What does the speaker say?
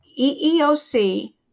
EEOC